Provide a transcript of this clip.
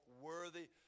worthy